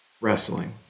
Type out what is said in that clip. wrestling